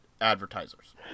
advertisers